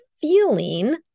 feeling